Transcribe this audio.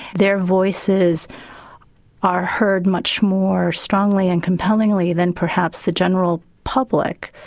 their voices are heard much more strongly and compellingly than perhaps the general public,